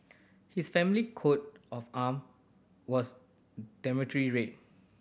his family coat of arm was dominantly red